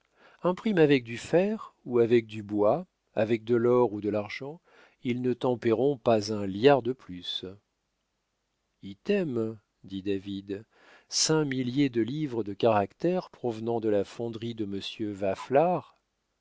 imprime avec du fer ou avec du bois avec de l'or ou de l'argent ils ne t'en paieront pas un liard de plus item dit david cinq milliers de livres de caractères provenant de la fonderie de monsieur